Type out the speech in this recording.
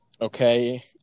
Okay